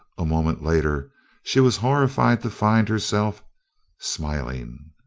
a moment later she was horrified to find herself smiling.